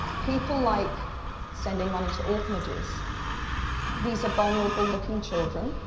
people like sending money to orphanages these are vulnerable looking children,